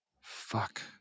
Fuck